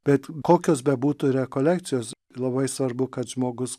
bet kokios bebūtų rekolekcijos labai svarbu kad žmogus